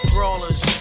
Brawlers